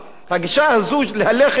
להלך אימים על האזרחים,